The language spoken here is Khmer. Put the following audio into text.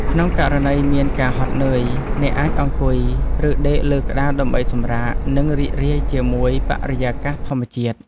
ក្នុងករណីមានការហត់នឿយ អ្នកអាចអង្គុយ ឬដេកលើក្តារដើម្បីសម្រាក និងរីករាយជាមួយបរិយាកាសធម្មជាតិ។